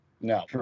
No